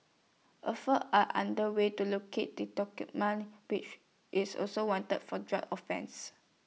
efforts are under way to locate the man is also wanted for drug offences